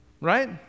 right